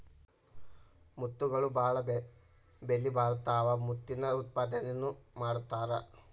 ಮುತ್ತುಗಳು ಬಾಳ ಬೆಲಿಬಾಳತಾವ ಮುತ್ತಿನ ಉತ್ಪಾದನೆನು ಮಾಡತಾರ